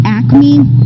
Acme